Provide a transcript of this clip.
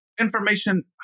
information